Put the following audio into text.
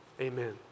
Amen